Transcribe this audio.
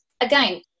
again